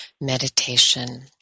meditation